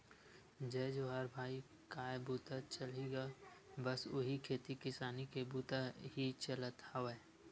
जय जोहार भाई काय बूता चलही गा बस उही खेती किसानी के बुता ही चलत हवय